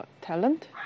talent